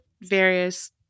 various